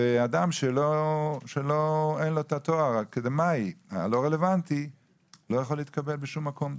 ואדם שאין לו את התואר האקדמי הלא רלוונטי לא יכול להתקבל בשום מקום.